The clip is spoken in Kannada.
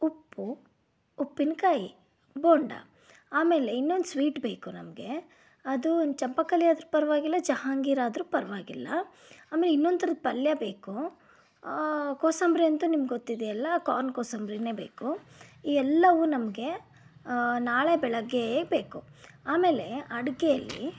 ಉಪ್ಪು ಉಪ್ಪಿನಕಾಯಿ ಬೋಂಡ ಅಮೇಲೆ ಇನ್ನೊಂದು ಸ್ವೀಟ್ ಬೇಕು ನಮಗೆ ಅದು ಒಂದು ಚಂಪಾಕಲಿ ಅದರೂ ಪರ್ವಾಗಿಲ್ಲ ಜಹಾಂಗೀರ್ ಆದರೂ ಪರ್ವಾಗಿಲ್ಲ ಅಮೇಲೆ ಇನ್ನೊಂದು ಥರದ ಪಲ್ಯ ಬೇಕು ಕೋಸಂಬರಿ ಅಂತೂ ನಿಮಗೆ ಗೊತ್ತಿದೆಯಲ್ಲ ಕಾರ್ನ್ ಕೋಸಂಬರೀನೇ ಬೇಕು ಈ ಎಲ್ಲವೂ ನಮಗೆ ನಾಳೆ ಬೆಳಗ್ಗೆಯೇ ಬೇಕು ಅಮೇಲೆ ಅಡುಗೇಲಿ